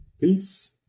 Peace